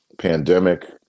pandemic